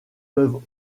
peuvent